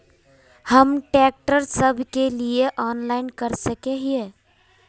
हम ट्रैक्टर सब के लिए ऑनलाइन कर सके हिये?